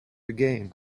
again